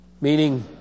Meaning